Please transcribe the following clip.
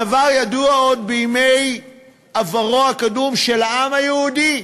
הדבר ידוע עוד מימי עברו הקדום של העם היהודי.